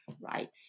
right